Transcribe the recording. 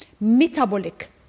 metabolic